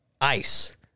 ice